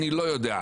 אני לא יודע,